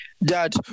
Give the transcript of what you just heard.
Dad